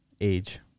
Age